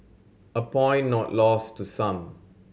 a point not lost to some